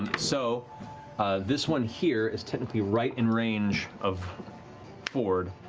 so ah this one here is technically right in range of fjord,